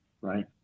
right